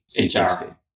C60